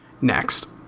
next